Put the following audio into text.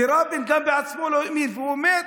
ורבין בעצמו לא האמין בזה.